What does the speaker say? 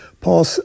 Paul